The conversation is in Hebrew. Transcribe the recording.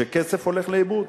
של כסף שהולך לאיבוד.